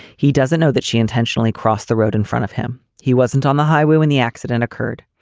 he doesn't know that she intentionally crossed the road in front of him. he wasn't on the highway when the accident occurred.